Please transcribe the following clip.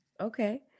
Okay